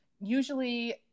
Usually